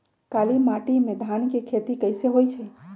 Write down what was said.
काली माटी में धान के खेती कईसे होइ छइ?